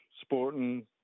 sporting